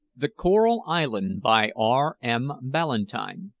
the coral island, by r m. ballantyne.